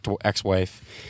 ex-wife